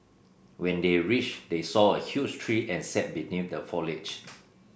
when they reached they saw a huge tree and sat beneath the foliage